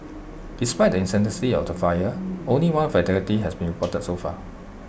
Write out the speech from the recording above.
despite the intensity of the fires only one fatality has been reported so far